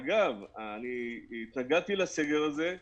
אגב, אני התנגדתי לסגר הזה.